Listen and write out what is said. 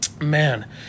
man